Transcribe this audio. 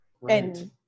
right